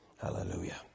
Hallelujah